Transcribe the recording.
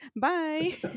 Bye